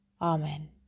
Amen